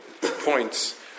points